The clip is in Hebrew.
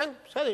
בסדר.